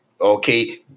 okay